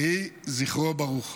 יהי זכרו ברוך.